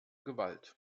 gewalt